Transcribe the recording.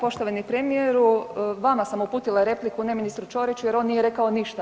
Poštovani premijeru vama sam uputila repliku, ne ministru Ćoriću jer on nije rekao ništa.